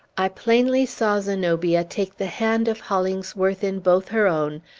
i plainly saw zenobia take the hand of hollingsworth in both her own,